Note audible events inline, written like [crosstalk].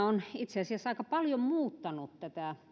[unintelligible] on itse asiassa aika paljon muuttanut tätä